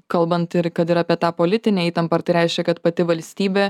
kalbant kad ir apie tą politinę įtampą ar tai reiškia kad pati valstybė